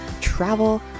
travel